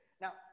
Now